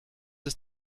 ist